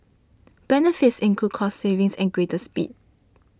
benefits include cost savings and greater speed